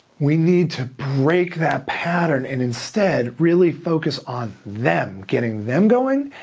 we need to break that pattern and instead really focus on them, getting them going.